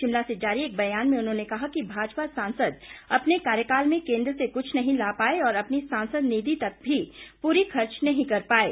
शिमला से जारी एक बयान में उन्होंने कहा है कि भाजपा सांसद अपने कार्यकाल में केंद्र से कुछ नहीं ला पाए और अपनी सांसद निधि तक भी पूरी खर्च नहीं कर पाएं